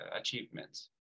achievements